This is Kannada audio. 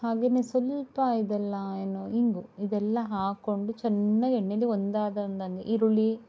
ಹಾಗೇನೆ ಸ್ವಲ್ಪ ಇದೆಲ್ಲ ಏನು ಇಂಗು ಇದೆಲ್ಲ ಹಾಕ್ಕೊಂಡು ಚೆನ್ನಾಗಿ ಎಣ್ಣೇಲಿ ಒಂದಾದೊಂದಂಗೆ ಈರುಳ್ಳಿ